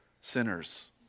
sinners